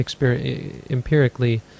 empirically